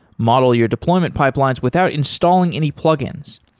model your deployment pipelines without installing any plugins.